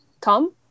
Tom